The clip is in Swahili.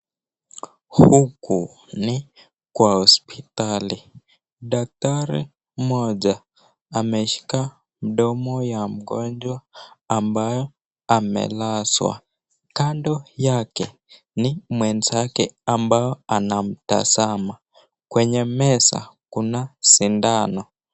Huku ni kwa hospitali, daktari mmoja ameshika mdomo ya mgonjwa ambayo amelazwa, kando yake ni mwenzake ambayo anamtazama. Kwenye meza kuna sindano.